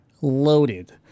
loaded